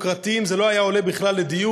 יוקרתיים זה לא היה עולה בכלל לדיון,